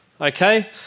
okay